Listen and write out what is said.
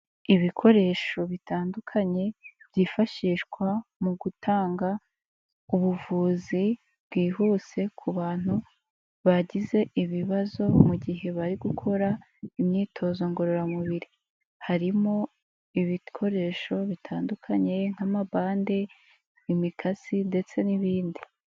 Ibikoresho bitandukanye byifashishwa mu gutanga ubuvuzi bwihuse ku bantu bagize ibibazo, mu gihe bari gukora imyitozo ngororamubiri, harimo ibikoresho bitandukanye nk'amabande, imikasi ndetse n'ibindi.